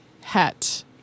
hat